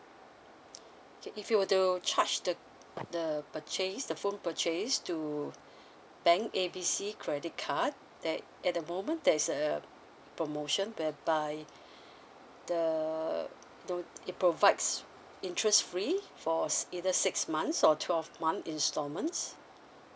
okay if you will to charge the the purchase the phone purchase to bank A B C credit card that at the moment there is a promotion whereby the though it provides interest free for either six months or twelve month installments